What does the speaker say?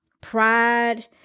pride